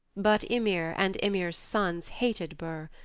but ymir and ymir's sons hated bur,